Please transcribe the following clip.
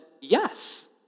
yes